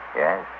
yes